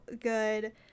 good